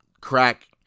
crack